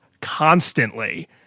constantly